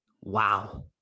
wow